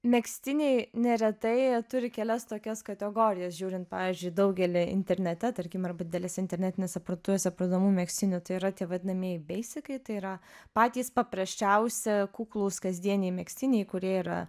megztiniai neretai turi kelias tokias kategorijas žiūrint pavyzdžiui daugelį internete tarkim arba didelis internetinėse parduotuvėse parduodamų megztinių tai yra tie vadinamieji beisikai tai yra patys paprasčiausi kuklūs kasdieniai megztiniai kurie yra